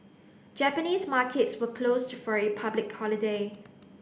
Japanese markets were closed for a public holiday